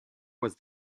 was